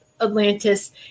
atlantis